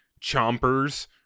chompers